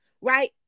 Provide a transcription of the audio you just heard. right